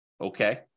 Okay